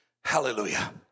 Hallelujah